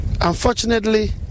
Unfortunately